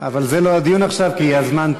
אבל זה לא הדיון עכשיו כי הזמן תם.